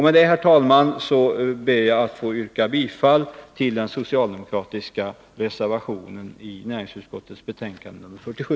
Med detta ber jag, herr talman, att få yrka bifall till de socialdemokratiska reservationerna i näringsutskottets betänkande 47.